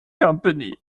company